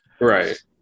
Right